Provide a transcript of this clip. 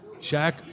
Shaq